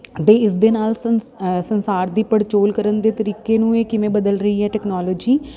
ਅਤੇ ਇਸ ਦੇ ਨਾਲ ਸੰਸ ਸੰਸਾਰ ਦੀ ਪੜਚੋਲ ਕਰਨ ਦੇ ਤਰੀਕੇ ਨੂੰ ਇਹ ਕਿਵੇਂ ਬਦਲ ਰਹੀ ਹੈ ਟੈਕਨੋਲੋਜੀ